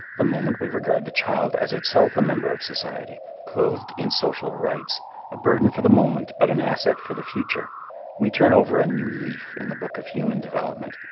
the moment we regard the child as itself a member of society clothed in social rights a burden for the moment but an asset for the future we turn over a new leaf in the book of human development,